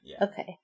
Okay